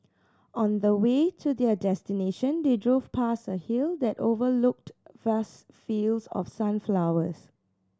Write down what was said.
on the way to their destination they drove past a hill that overlooked vast fields of sunflowers